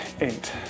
eight